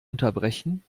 unterbrechen